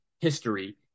history